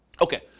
Okay